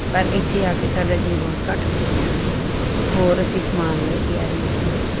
ਪਰ ਇੱਥੇ ਆ ਕੇ ਸਾਡਾ ਜੀਅ ਬਹੁਤ ਘੱਟ ਲੱਗਿਆ ਹੋਰ ਅਸੀਂ ਸਮਾਨ ਲੈ ਕੇ ਆਏ ਉੱਥੋਂ